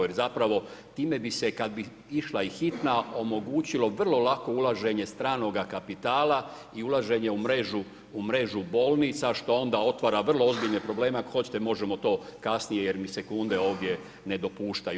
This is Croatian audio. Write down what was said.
Jer zapravo, time bi se kad bi išla i hitna omogućilo vrlo lako ulaženje stranoga kapitala i ulaženje u mrežu bolnica što onda otvara vrlo ozbiljne probleme ako hoćete možemo to kasnije jer mi sekunde ovdje ne dopuštaju.